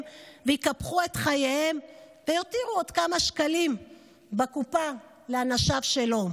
ויקפחו את חייהם ויותירו עוד כמה שקלים בקופה לאנשיו שלו?